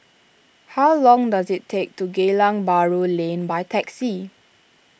how long does it take to Geylang Bahru Lane by taxi